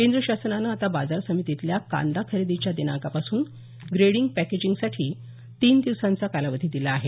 केंद्र शासनानं आता बाजार समितीतल्या कांदा खरेदीच्या दिनांकापासून ग्रेडींग पॅकेजिंगसाठी तीन दिवसांचा कालावधी दिला आहे